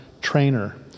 trainer